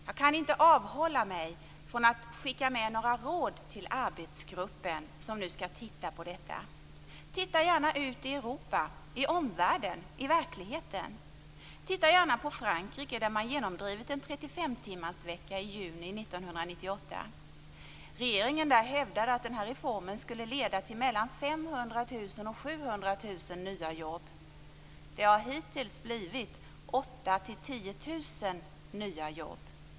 Jag kan inte avhålla mig från att skicka med några råd till arbetsgruppen, som nu skall titta på detta. Titta gärna ut i Europa, i omvärlden och i verkligheten. Titta gärna på Frankrike, där man genomdrev en 35-timmarsvecka i juni 1998. Regeringen där hävdade att reformen skulle leda till mellan 500 000 och 700 000 nya jobb. Det har hittills blivit 8 000-10 000 nya jobb.